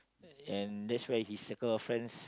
and that's where he circle a friends